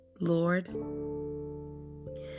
Lord